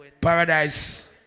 Paradise